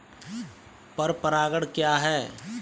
पर परागण क्या है?